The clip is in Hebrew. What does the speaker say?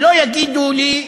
שלא יגידו לי: